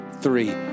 three